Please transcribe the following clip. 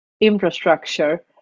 infrastructure